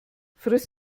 friss